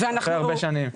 אחרי הרבה שנים.